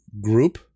Group